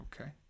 Okay